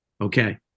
Okay